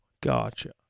Gotcha